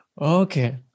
Okay